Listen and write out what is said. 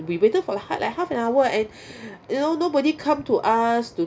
we waited for like like half an hour and you know nobody come to us to